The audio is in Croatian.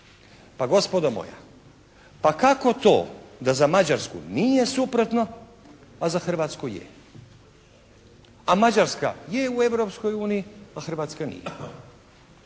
Pa gospodo moja pa kako to da za Mađarsku nije suprotno, a za Hrvatsku je. A Mađarska je u Europskoj uniji, a Hrvatska nije.